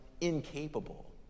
incapable